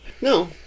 No